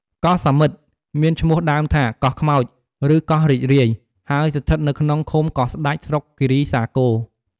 កោះសាមិត្ត មានឈ្មោះដើមថា "កោះខ្មោច" ឬ "កោះរីករាយ" ហើយស្ថិតនៅក្នុងឃុំកោះស្តេច ស្រុកគិរីសាគរ។